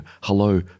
hello